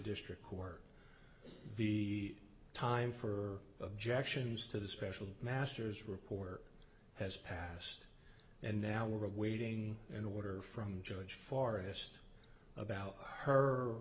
district court the time for objections to the special masters report has passed and now we're awaiting an order from judge forest about her